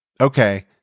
okay